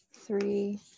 Three